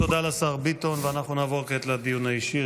לשר ביטון, ואנחנו נעבור עכשיו לדיון האישי.